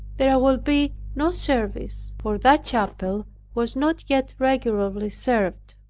there will be no service. for that chapel was not yet regularly served.